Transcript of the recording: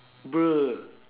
bruh